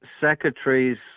secretary's